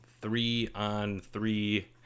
three-on-three